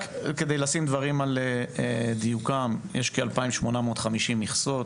רק כדי לשים דברים על דיוקם, יש כ-2,850 מכסות,